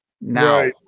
now